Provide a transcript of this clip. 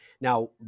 Now